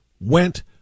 went